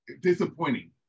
disappointing